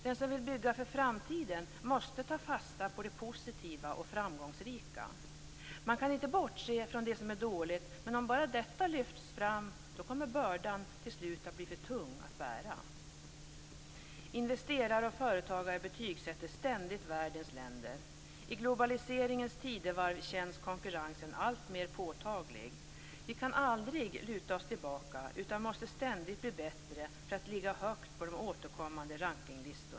Den som vill bygga för framtiden måste ta fasta på det positiva och framgångsrika. Man kan inte bortse från det som är dåligt, men om bara detta lyfts fram kommer bördan till slut att bli för tung att bära. Investerare och företagare betygssätter ständigt världens länder. I globaliseringens tidevarv känns konkurrensen alltmer påtaglig.